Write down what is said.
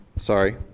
sorry